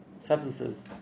substances